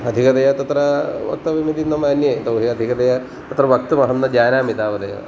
अधिकतया तत्र वक्तव्यमिति न मन्ये यतोहि अधिकतया तत्र वक्तुम् अहं न जानामि तावदेव